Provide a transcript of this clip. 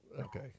Okay